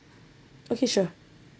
okay sure